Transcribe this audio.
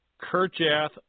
Kerjath